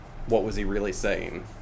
what-was-he-really-saying